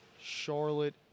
Charlotte